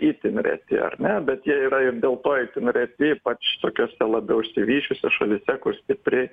itin reti ar ne bet jie yra ir dėl to itin reti ypač tokiose labiau išsivysčiusiose šalyse kur stipriai